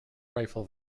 rifle